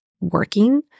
working